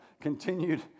continued